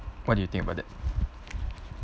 what do you think about that